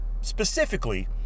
specifically